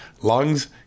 lungs